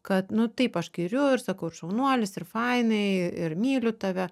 kad nu taip aš giriu ir sakau ir šaunuolis ir fainai ir myliu tave